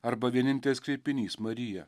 arba vienintelis kreipinys marija